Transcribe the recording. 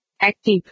Active